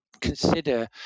consider